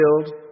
killed